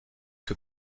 que